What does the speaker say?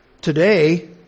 Today